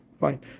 Fine